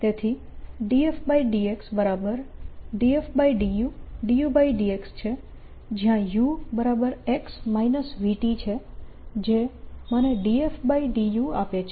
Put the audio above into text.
તેથી ∂f∂x∂f∂u∂u∂x છે જયાં ux vt છે જે મને ∂f∂u આપે છે